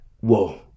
whoa